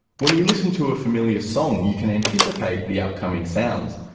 when you listen to a familiar song you can anticipate the upcoming sounds,